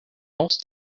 most